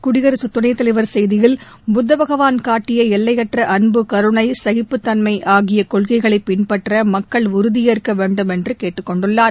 குடியரசு துணை தலைவர் செய்தியில் புத்த பகவாள் காட்டிய எல்லையற்ற அன்பு கருணை சகிப்பு தன்மை ஆகிய கொள்கைகளை பின்பற்ற மக்கள் உறுதி ஏற்கவேண்டும் என்று கேட்டுக்கொண்டுள்ளார்